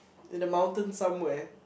in the mountain somewhere